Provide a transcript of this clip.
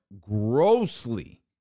grossly